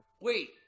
Wait